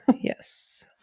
Yes